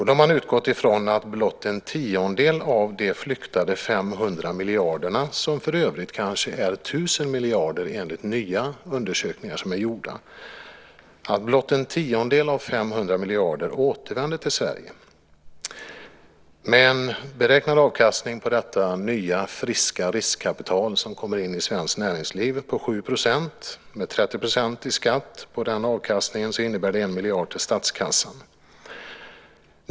Då har man utgått ifrån att blott en tiondel av de "flyktade" 500 miljarderna - som för övrigt kanske uppgår till 1 000 miljarder enligt nya undersökningar - återvänder till Sverige. Den beräknade avkastningen på detta nya, friska riskkapital som kommer in i svenskt näringsliv är 7 %. Med 30 % i skatt på den avkastningen innebär det 1 miljard till statskassan.